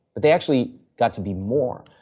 but they actually got to be more.